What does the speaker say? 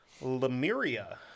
Lemuria